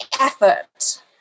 effort